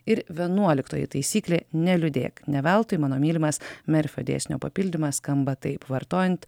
ir vienuoliktoji taisyklė neliūdėk ne veltui mano mylimas merfio dėsnio papildymas skamba taip vartojant